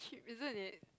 cheap isn't it